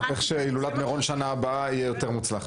שהילולת מירון בשנה הבאה תהיה יותר מוצלחת.